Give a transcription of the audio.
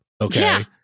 Okay